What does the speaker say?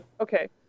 okay